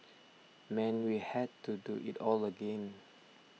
meant we had to do it all again